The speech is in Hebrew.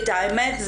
את האמת?